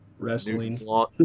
Wrestling